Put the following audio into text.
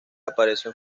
aparecen